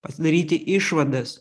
pasidaryti išvadas